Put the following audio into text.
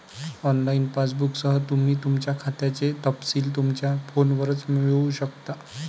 online पासबुकसह, तुम्ही तुमच्या खात्याचे तपशील तुमच्या फोनवरच मिळवू शकता